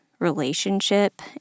relationship